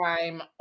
time